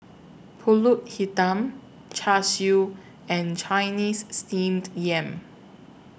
Pulut Hitam Char Siu and Chinese Steamed Yam